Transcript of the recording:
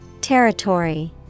Territory